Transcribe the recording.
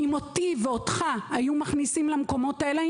אם אותי ואותך היו מכניסים למקומות האלה,